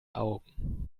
augen